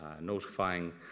notifying